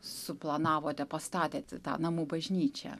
suplanavote pastatėt tą namų bažnyčią